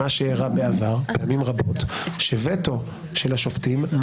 "הרפורמה חשובה,